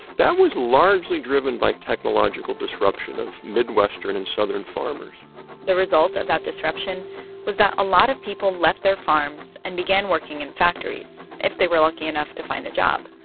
that was largely driven by technological disruption of midwestern and southern farmers the result of that disruption was that a lot of people left their farms and began working in factories if they were lucky enough to find a job.